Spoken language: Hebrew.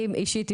אני אישית,